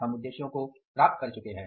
हम उद्देश्यों को प्राप्त कर चुके हैं